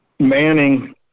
Manning